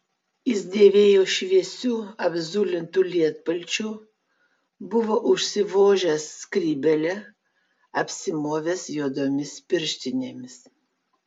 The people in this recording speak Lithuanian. jis dėvėjo šviesiu apzulintu lietpalčiu buvo užsivožęs skrybėlę apsimovęs juodomis pirštinėmis